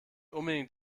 unbedingt